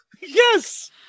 Yes